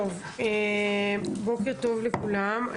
בוקר טוב לכולם,